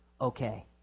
okay